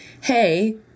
hey